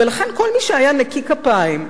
ולכן כל מי שהיה נקי כפיים,